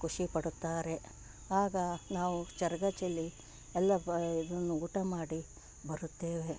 ಖುಷಿಪಡುತ್ತಾರೆ ಆಗ ನಾವು ಚರಗ ಚೆಲ್ಲಿ ಎಲ್ಲ ಬಾ ಇದನ್ನು ಊಟ ಮಾಡಿ ಬರುತ್ತೇವೆ